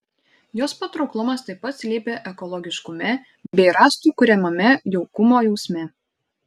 jos patrauklumas taip pat slypi ekologiškume bei rąstų kuriamame jaukumo jausme